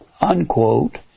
unquote